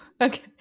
Okay